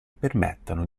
permettano